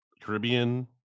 Caribbean